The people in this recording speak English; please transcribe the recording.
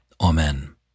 Amen